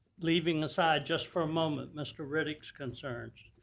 leaving aside just for a moment mr. riddick's concerns,